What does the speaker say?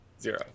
zero